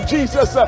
Jesus